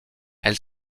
elle